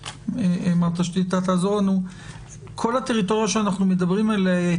ובעצם כל הטריטוריה שאנו מדברם עליה היא